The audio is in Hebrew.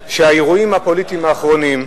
שהאירועים הפוליטיים האחרונים,